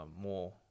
more